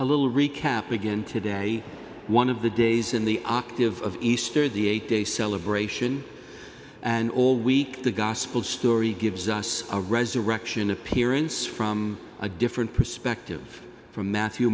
a little recap again today one of the days in the octave of easter the eight day celebration and all week the gospel story gives us a resurrection appearance from a different perspective from matthew